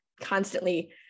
constantly